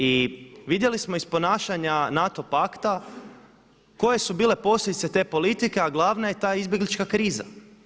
I vidjeli smo iz ponašanja NATO Pakta koje su bile posljedice te politike, a glavna je ta izbjeglička kriza.